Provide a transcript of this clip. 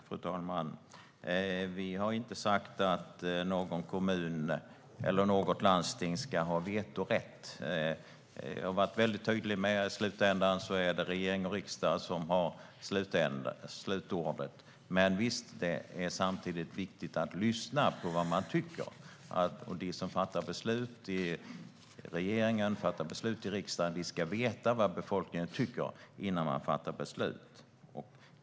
Fru talman! Vi har inte sagt att kommuner eller landsting ska ha vetorätt. Vi har varit tydliga med att det är regering och riksdag som har slutordet. Men samtidigt är det viktigt att lyssna på vad befolkningen tycker. De som fattar beslut i regering och riksdag ska veta vad befolkningen tycker innan de fattar beslut.